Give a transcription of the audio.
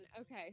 Okay